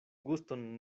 guston